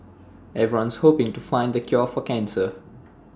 everyone's hoping to find the cure for cancer